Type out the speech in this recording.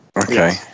Okay